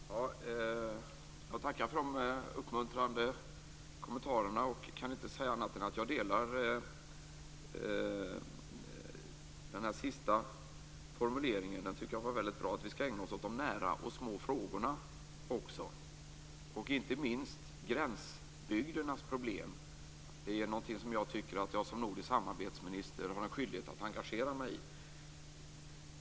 Herr talman! Jag tackar för de uppmuntrande kommentarerna. Jag kan inte säga annat än att jag delar den sista formuleringen. Den tycker jag var väldigt bra. Vi skall också ägna oss åt de nära och små frågorna och inte minst gränsbygdernas problem. Det är något som jag tycker att jag som nordisk samarbetsminister har en skyldighet att engagera mig i.